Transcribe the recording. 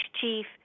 chief